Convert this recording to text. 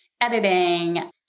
editing